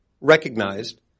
recognized